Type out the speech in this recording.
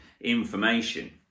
information